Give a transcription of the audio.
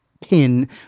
pin